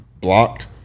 blocked